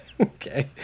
okay